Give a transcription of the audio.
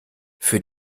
für